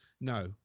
No